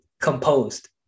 composed